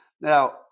Now